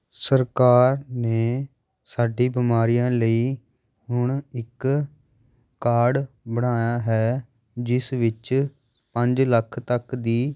ਸਰਕਾਰ ਨੇ ਸਾਡੀ ਬਿਮਾਰੀਆਂ ਲਈ ਹੁਣ ਇੱਕ ਕਾਰਡ ਬਣਾਇਆ ਹੈ ਜਿਸ ਵਿੱਚ ਪੰਜ ਲੱਖ ਤੱਕ ਦੀ